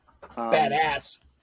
Badass